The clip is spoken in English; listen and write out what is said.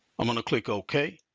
i'm gonna click okay.